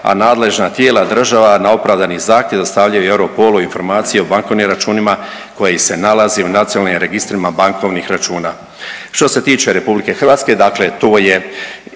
a nadležna tijela država na opravdani zahtjev dostavljaju EUROPOL-u informacije o bankovnim računima koji se nalazi u nacionalnim registrima bankovnih računa. Što se tiče Republike Hrvatske, dakle to je